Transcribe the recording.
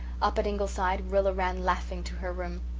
up at ingleside rilla ran laughing to her room.